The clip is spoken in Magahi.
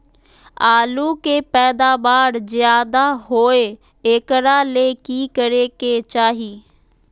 आलु के पैदावार ज्यादा होय एकरा ले की करे के चाही?